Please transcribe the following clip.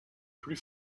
plus